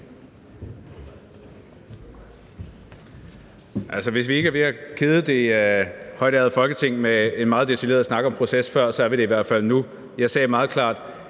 hvis vi ikke var ved at kede det højtærede Folketing med en meget detaljeret snak om proces før, er vi det i hvert fald nu. Jeg sagde meget klart,